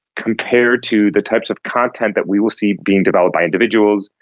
compared to the types of content that we will see being developed by individuals,